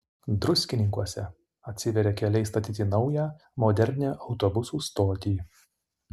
druskininkuose atsiveria keliai statyti naują modernią autobusų stotį